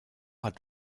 hat